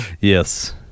Yes